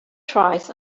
tries